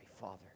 Father